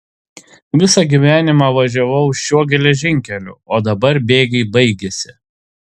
visą gyvenimą važiavau šiuo geležinkeliu o dabar bėgiai baigėsi